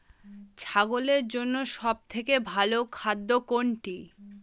ছাগলের জন্য সব থেকে ভালো খাদ্য কোনটি?